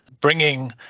bringing